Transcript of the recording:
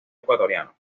ecuatoriano